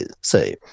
say